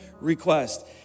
request